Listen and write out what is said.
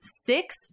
six